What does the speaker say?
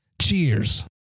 Cheers